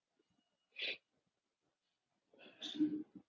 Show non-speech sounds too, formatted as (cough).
(breath)